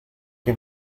que